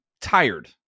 tired